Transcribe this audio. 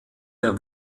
der